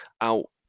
out